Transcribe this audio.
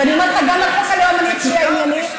ואני אומרת לך שגם בחוק הלאום אני אצביע עניינית.